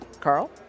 Carl